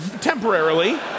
Temporarily